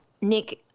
Nick